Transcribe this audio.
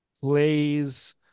plays